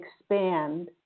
expand